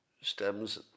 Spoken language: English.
stems